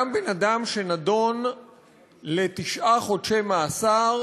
גם בן-אדם שנידון לתשעה חודשי מאסר,